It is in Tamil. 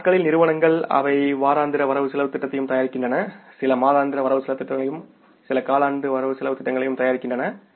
இந்த நாட்களில் நிறுவனங்கள் அவை வாராந்திர வரவு செலவுத் திட்டத்தையும் தயாரிக்கின்றன சில மாதாந்திர வரவு செலவுத் திட்டங்களையும் சில காலாண்டு வரவு செலவுத் திட்டங்களையும் தயாரிக்கின்றன